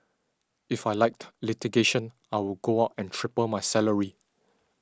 if I liked litigation I would go out and triple my salary